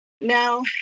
Now